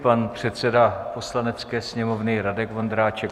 Pan předseda Poslanecké sněmovny Radek Vondráček.